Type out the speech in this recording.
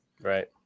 Right